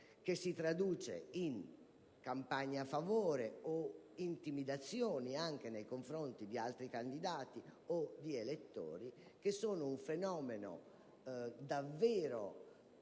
che si traduce in campagna a favore o intimidazioni anche nei confronti di altri candidati o di elettori. Da ciò scaturisce un fenomeno davvero inquinante